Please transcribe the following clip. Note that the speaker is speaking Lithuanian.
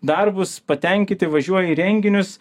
darbus patenkinti važiuoja į renginius